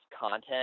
content